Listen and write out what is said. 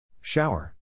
Shower